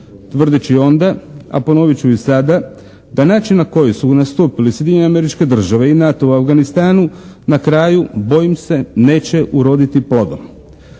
tvrdeći onda, a ponovit ću i sada da način na koji su nastupili Sjedinjene Američke Države i NATO u Afganistanu na kraju bojim se neće uroditi plodom.